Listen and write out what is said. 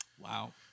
Wow